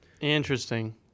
Interesting